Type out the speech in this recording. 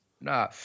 Nah